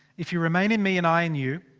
if you remain in me and i in you.